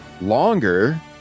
longer